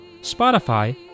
Spotify